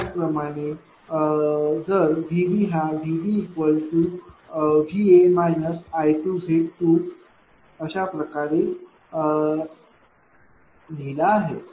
त्याच प्रमाणे जर VB हा VBVa I2Z2 अशाप्रकारे लिहिणे आहे